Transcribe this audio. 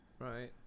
Right